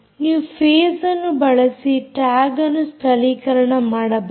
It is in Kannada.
ನೀವು ಫೇಸ್ ಅನ್ನು ಬಳಸಿ ಟ್ಯಾಗ್ ಅನ್ನು ಸ್ಥಳೀಕರಣ ಮಾಡಬಹುದು